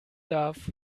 darf